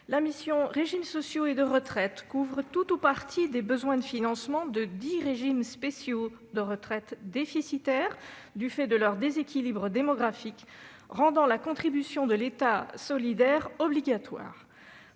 la mission « Régimes sociaux et de retraite » couvre tout ou partie des besoins de financement de dix régimes spéciaux de retraite déficitaires du fait de leur déséquilibre démographique rendant obligatoire la contribution de l'État solidaire. Pour